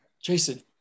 Jason